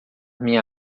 minha